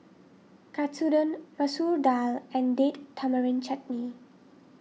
Katsudon Masoor Dal and Date Tamarind Chutney